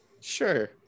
sure